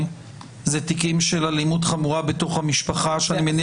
הם תיקים של אלימות חמורה בתוך המשפחה.